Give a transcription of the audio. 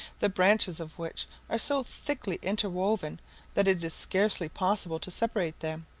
the branches of which are so thickly interwoven that it is scarcely possible to separate them,